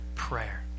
prayer